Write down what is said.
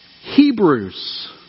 Hebrews